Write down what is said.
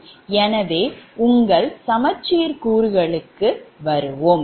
எனவே உங்கள் சமச்சீர் கூறுகளுக்கு வருவோம்